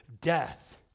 Death